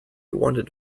wanted